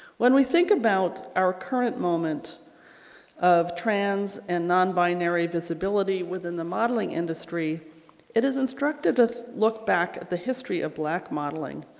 when we think about our current moment of trans and non-binary visibility within the modeling industry it is instructive to look back at the history of black modeling.